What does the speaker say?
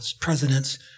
presidents